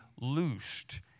loosed